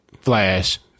flash